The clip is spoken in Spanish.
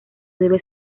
debe